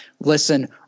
Listen